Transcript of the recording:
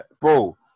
Bro